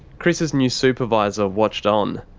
chris's new supervisor watched on.